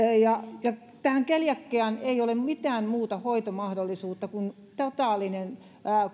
ja ja tähän keliakiaan ei ole mitään muuta hoitomahdollisuutta kuin totaalinen